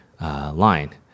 Line